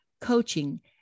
Coaching